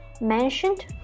mentioned